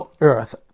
earth